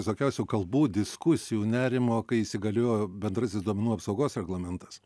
visokiausių kalbų diskusijų nerimo kai įsigaliojo bendrasis duomenų apsaugos reglamentas